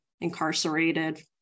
incarcerated